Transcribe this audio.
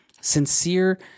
sincere